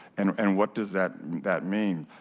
and and what does that that mean.